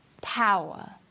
power